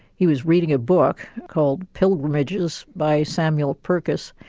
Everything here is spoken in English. he was reading a book called pilgrimages by samuel purchas,